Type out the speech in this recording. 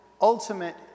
ultimate